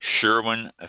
Sherwin